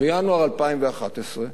בינואר 2011,